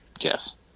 Yes